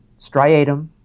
striatum